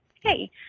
Hey